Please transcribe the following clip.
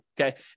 Okay